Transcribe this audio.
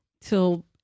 till